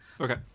Okay